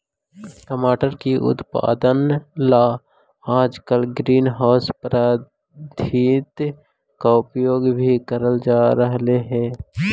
टमाटर की उत्पादन ला आजकल ग्रीन हाउस पद्धति का प्रयोग भी करल जा रहलई हे